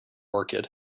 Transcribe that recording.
orchid